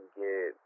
get